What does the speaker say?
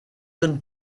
than